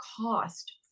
cost